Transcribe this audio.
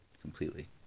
completely